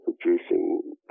producing